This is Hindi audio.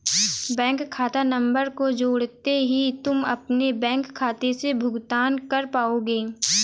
बैंक खाता नंबर को जोड़ते ही तुम अपने बैंक खाते से भुगतान कर पाओगे